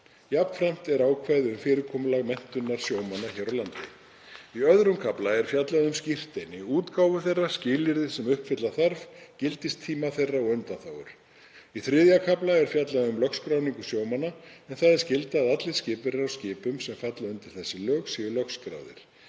Jafnframt er ákvæði um fyrirkomulag menntunar sjómanna hér á landi. Í II. kafla er fjallað um skírteini, útgáfu þeirra, skilyrði sem uppfylla þarf, gildistíma þeirra og undanþágur. Í III. kafla er fjallað um lögskráningu sjómanna en það er skylda að allir skipverjar á skipum sem falla undir þessi lög séu lögskráðir.